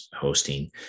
hosting